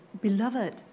beloved